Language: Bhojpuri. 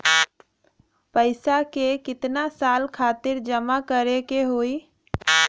पैसा के कितना साल खातिर जमा करे के होइ?